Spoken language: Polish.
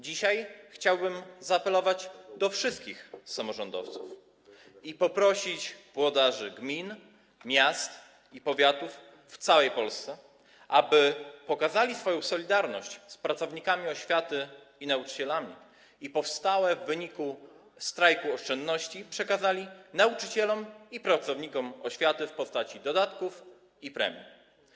Dzisiaj chciałbym zaapelować do wszystkich samorządowców i poprosić włodarzy gmin, miast i powiatów w całej Polsce, aby pokazali swoją solidarność z pracownikami oświaty i nauczycielami i powstałe w wyniku strajku oszczędności przekazali nauczycielom i pracownikom oświaty w postaci dodatków i premii.